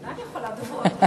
אני הייתי אמור לדבר עכשיו,